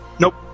Nope